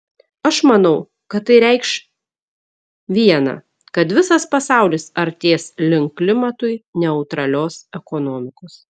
aš manau kad tai reikš viena kad visas pasaulis artės link klimatui neutralios ekonomikos